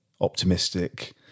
optimistic